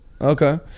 Okay